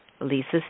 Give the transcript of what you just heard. Lisa's